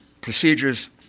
procedures